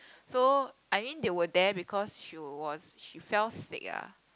so I mean they were there because she was she fell sick ah